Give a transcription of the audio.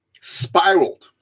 spiraled